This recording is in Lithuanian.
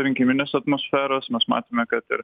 rinkiminės atmosferos mes matome kad ir